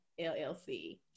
LLC